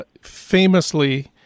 famously